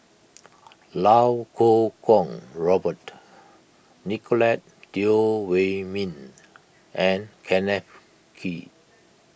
Iau Kuo Kwong Robert Nicolette Teo Wei Min and Kenneth Kee